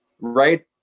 right